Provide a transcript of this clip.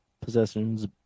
possessions